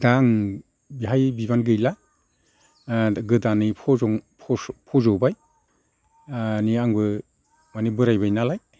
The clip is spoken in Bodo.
दा आं बेहाय बिबान गैला गोदानै फज'बाय मानि आंबो बोरायबाय नालाय